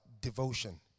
devotion